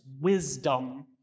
wisdom